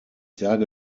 sage